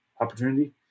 opportunity